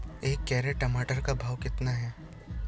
एक कैरेट टमाटर का भाव कितना है?